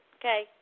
Okay